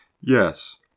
Yes